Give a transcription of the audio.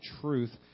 truth